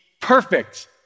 perfect